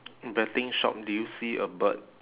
betting shop do you see a bird